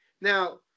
Now